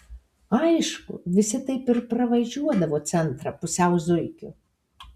aišku visi taip ir pravažiuodavo centrą pusiau zuikiu